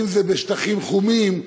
אם זה בשטחים חומים,